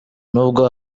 n’ubwo